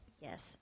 Yes